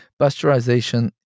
Pasteurization